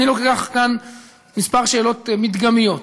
אני לוקח כאן מספר שאלות מדגמיות: